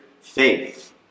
faith